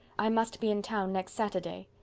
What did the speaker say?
i must be in town next saturday.